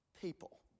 people